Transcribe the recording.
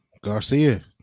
Garcia